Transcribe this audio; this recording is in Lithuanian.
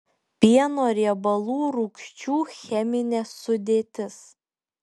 pieno riebalų rūgščių cheminė sudėtis